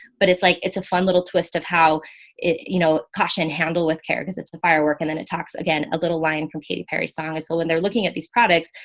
but it's like, it's a fun, little twist of how it, you know, caution handle with care. cause it's a firework. and then it talks again, a little line from katy perry song. so ah when they're looking at these products,